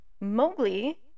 Mowgli